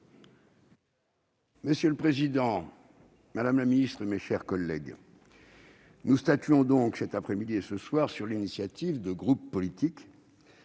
Monsieur le président, madame la ministre, mes chers collègues, nous statuons, cet après-midi et ce soir, sur l'initiative de groupes politiques